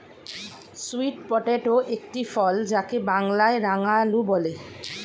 sweet potato একটি ফল যাকে বাংলায় রাঙালু বলে